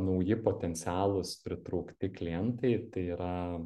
nauji potencialūs pritraukti klientai tai yra